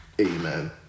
Amen